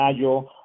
Mayo